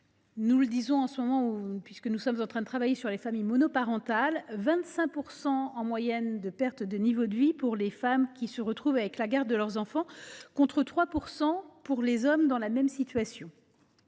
Nous le voyons en ce moment, puisque nous sommes en train de travailler sur les familles monoparentales, la perte de niveau de vie est en moyenne de 25 % pour les femmes qui se retrouvent avec la garde de leurs enfants, contre 3 % pour les hommes dans la même situation,